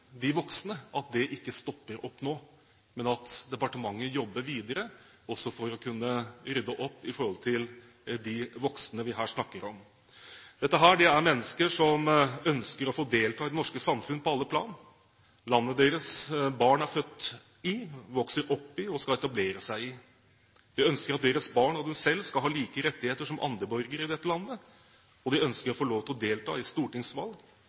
de voksne, ikke stopper opp nå, men at departementet jobber videre for å kunne rydde opp når det gjelder de voksne vi her snakker om. Dette er mennesker som ønsker å få delta i det norske samfunn på alle plan – landet deres barn er født i, vokser opp i og skal etablere seg i. De ønsker at deres barn og de selv skal ha like rettigheter som andre borgere i dette landet, og de ønsker å få lov til å delta i stortingsvalg,